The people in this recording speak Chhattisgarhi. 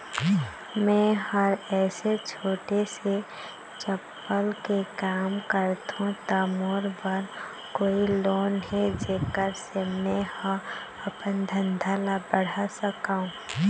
मैं हर ऐसे छोटे से चप्पल के काम करथों ता मोर बर कोई लोन हे जेकर से मैं हा अपन धंधा ला बढ़ा सकाओ?